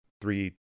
three